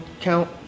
count